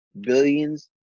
billions